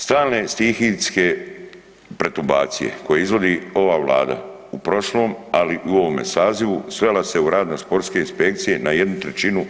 Stalne stihijske pretumbacije koje izvodi ova Vlada u prošlom, ali i u ovome sazivu svela se u radu sportske inspekcije na 1/